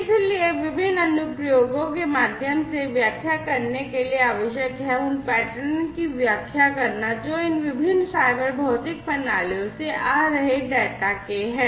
इसलिए विभिन्न अनुप्रयोगों के माध्यम से व्याख्या करने के लिए आवश्यक है उन पैटर्न की व्याख्या करना जो इन विभिन्न साइबर भौतिक प्रणालियों से आ रहे डेटा के है